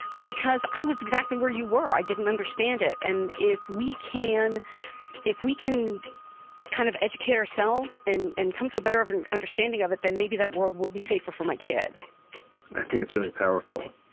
because i was exactly where you were. i didn't understand it. and if we can if we can kind of educate ourselves and and come to a better and understanding of it, then maybe that world will be safer for my kid i think it's really powerful.